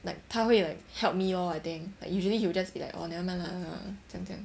like 他会 like help me lor I think like usually he will just be like oh nevermind lah 将将